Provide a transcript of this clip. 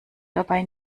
dabei